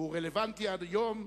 והוא רלוונטי עד היום,